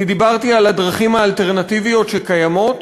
אני דיברתי על הדרכים האלטרנטיביות שקיימות,